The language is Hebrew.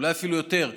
אולי אפילו יותר,